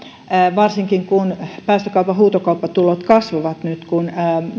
varsinkin kun päästökaupan huutokauppatulot kasvavat nyt kun